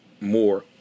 more